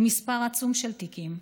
זה מספר עצום של תיקים,